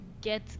get